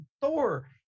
thor